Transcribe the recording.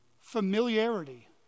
Familiarity